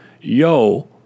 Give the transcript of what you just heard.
yo